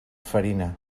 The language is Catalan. farina